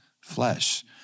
flesh